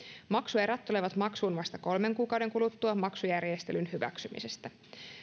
maksuerät tulevat maksuun vasta kolmen kuukauden kuluttua maksujärjestelyn hyväksymisestä